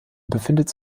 befindet